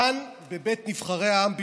כאן, בבית נבחרי העם בירושלים,